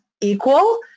equal